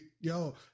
Yo